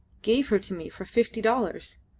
gave her to me for fifty dollars.